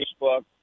Facebook